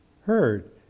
heard